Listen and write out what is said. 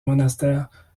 monastère